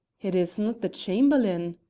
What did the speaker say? it is not the chamberlain?